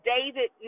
David